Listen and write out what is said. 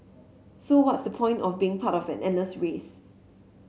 so what's the point of being part of an endless race